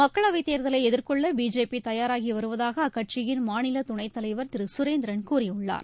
மக்களவை தேர்தலை எதிர்கொள்ள பிஜேபி தயாராகி வருவதாக அக்கட்சியின் மாநில துணைத் தலைவர் திரு சுரேந்தரன் கூறியுள்ளார்